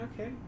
okay